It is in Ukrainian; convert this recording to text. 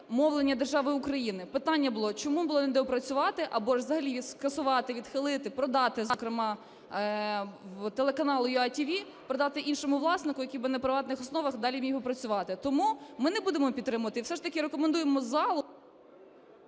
мовлення держави Україна? Питання було: чому було не доопрацювати, або ж взагалі скасувати, відхилити, продати, зокрема, телеканал "UATV" продати іншому власнику, який би на приватних основах далі міг би працювати? Тому ми не будемо підтримувати і все ж таки рекомендуємо залу…